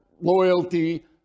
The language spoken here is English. loyalty